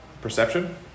perception